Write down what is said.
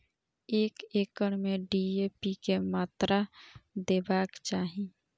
एक एकड़ में डी.ए.पी के मात्रा देबाक चाही?